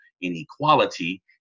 inequality